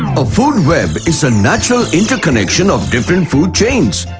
a food web is a natural interconnection of different food chains.